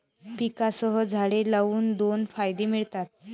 पिकांसह झाडे लावून दोन फायदे मिळतात